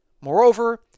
moreover